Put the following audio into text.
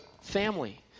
family